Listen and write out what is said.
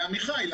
לעמיחי.